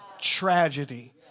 tragedy